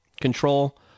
control